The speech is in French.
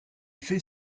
fait